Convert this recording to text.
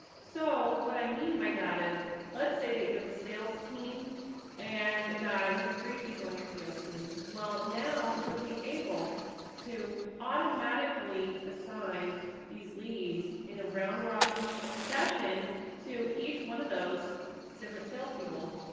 so what i mean by that is let's say that you have a sales team and that you have three people in your sales team. well, now you'll be able to automatically assign these leads in a round robin fashion to each one of those different salespeople.